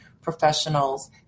professionals